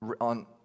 on